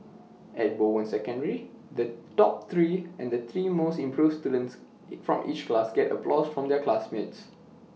at Bowen secondary the top three and the three most improved students from each class got applause from their classmates